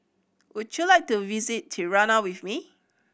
would you like to visit Tirana with me